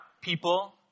people